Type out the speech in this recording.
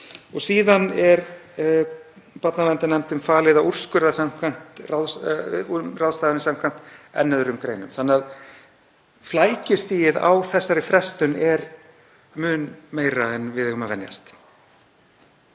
Síðan er barnaverndarnefndum falið að úrskurða um ráðstafanir samkvæmt enn öðrum greinum þannig að flækjustigið á þessari frestun er mun meira en við eigum að venjast.